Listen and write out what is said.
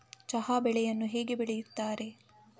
ಚಹಾ ಬೆಳೆಯನ್ನು ಹೇಗೆ ಬೆಳೆಯುತ್ತಾರೆ?